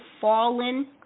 fallen